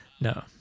no